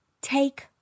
take